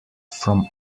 from